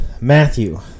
Matthew